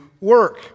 work